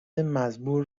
مزبور